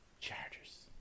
Chargers